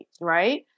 right